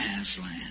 Aslan